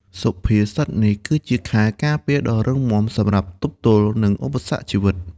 សុភាសិតនេះគឺជាខែលការពារដ៏រឹងមាំសម្រាប់ទប់ទល់នឹងឧបសគ្គជីវិត។